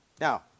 Now